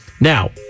now